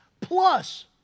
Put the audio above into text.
plus